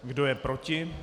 Kdo je proti?